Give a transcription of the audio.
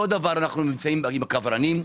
אותו דבר נמצאים עם הקברנים,